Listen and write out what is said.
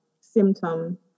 symptom